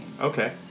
Okay